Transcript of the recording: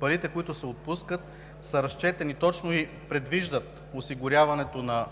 парите, които се отпускат, са разчетени точно и предвиждат осигуряването на